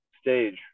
stage